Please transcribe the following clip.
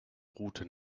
route